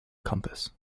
compass